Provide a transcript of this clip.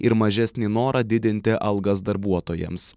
ir mažesnį norą didinti algas darbuotojams